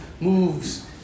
moves